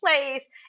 place